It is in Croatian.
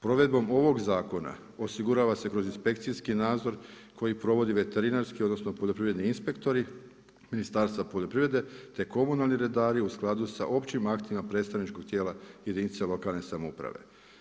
Provedba ovog zakona, osigurava se kroz inspekcijski nadzor, koji provodi veterinarski, odnosno, poljoprivredni inspektori, Ministarstvo poljoprivrede, te komunalni redari u skladu sa općim aktima predstavničkog tijela jedinica lokalne samouprave.